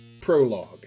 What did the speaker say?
Prologue